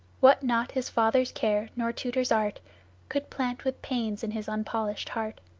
what not his father's care nor tutor's art could plant with pains in his unpolished heart,